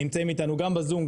נמצאים איתנו גם בזום,